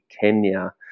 Kenya